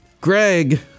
Greg